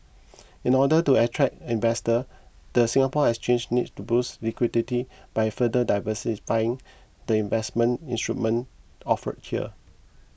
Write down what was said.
in order to attract investor the Singapore Exchange needs to boost liquidity by further diversifying the investment instrument offered here